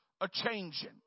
a-changing